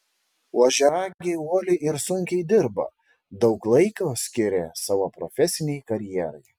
ožiaragiai uoliai ir sunkiai dirba daug laiko skiria savo profesinei karjerai